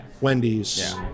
Wendy's